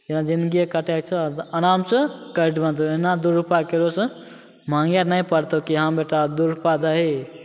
जेना जिनगिए काटैके छौ आरामसे कटि एना दुइ रुपा ककरोसे माँगे नहि पड़तौ कि हँ बेटा दुइ रुपा दही